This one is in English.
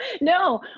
No